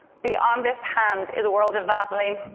beyond this hand is a world of vaseline.